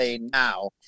now